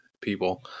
people